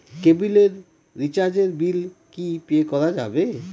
কেবিলের রিচার্জের বিল কি পে করা যাবে?